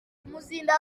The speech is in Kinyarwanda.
umuzindaro